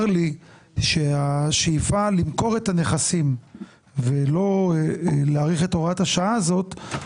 לי שהשאיפה למכור את הנכסים ולא להאריך את הוראת השעה הזאת,